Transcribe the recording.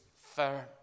firm